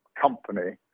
company